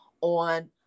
on